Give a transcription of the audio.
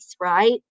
right